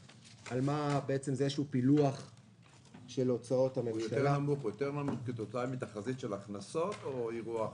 הוא נמוך יותר כתוצאה מתחזית של הכנסות או כתוצאה מאירוע אחר?